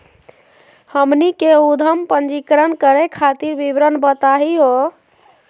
हमनी के उद्यम पंजीकरण करे खातीर विवरण बताही हो?